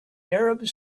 arabs